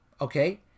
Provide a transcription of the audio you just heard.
Okay